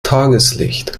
tageslicht